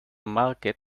market